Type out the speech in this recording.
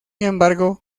embargo